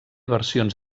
versions